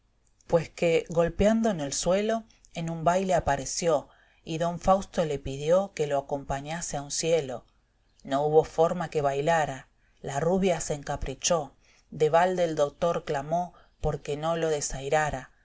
pues que golpiando en el suelo en un baile apareció y don fausto le pidió que lo acompañase a un cielo no hubo forma que bailara la rubia se encaprichó de balde el dotor clamó porque no lo desairara